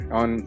on